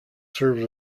serves